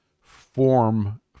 form